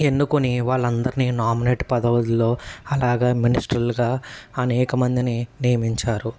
ఎన్నుకుని వాళ్ళందర్నీ నామినేట్ పదవుల్లో అలాగ మినిస్టర్లుగా అనేకమందిని నియమించారు